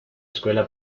escuela